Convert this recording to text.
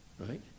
Right